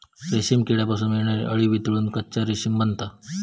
रेशीम किड्यांपासून मिळणारी अळी वितळून कच्चा रेशीम बनता